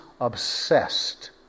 obsessed